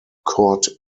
court